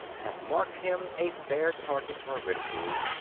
have marked him a fair target for ridicule.